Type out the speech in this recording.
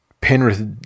Penrith